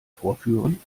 vorführen